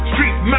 Street